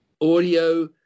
Audio